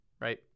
right